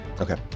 Okay